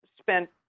spent